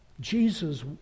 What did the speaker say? Jesus